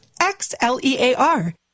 X-L-E-A-R